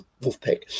wolfpack